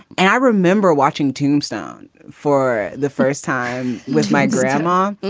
and i remember watching tombstone for the first time with my grandma.